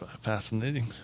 Fascinating